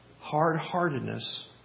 Hard-heartedness